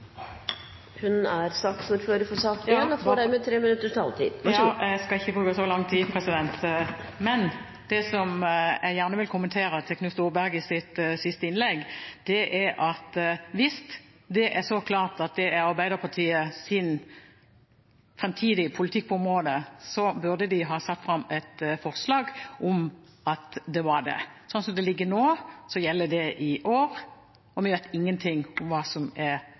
er ordfører for sak 1 og får dermed 3 minutter taletid. Jeg skal ikke bruke så lang tid, men jeg vil gjerne kommentere Knut Storbergets siste innlegg. Hvis det er så klart at det er Arbeiderpartiets fremtidige politikk på området, burde de ha satt fram et forslag om at det var det. Slik som det foreligger nå, gjelder det i år, og vi vet ingenting om hva som er